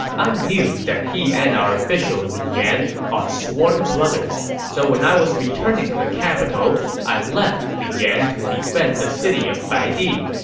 i knew that he and our official li yan are sworn brothers. so when i was returning to the capital, i left li yan to defend the city of baidi.